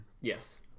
yes